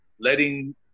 letting